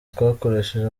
twakoresheje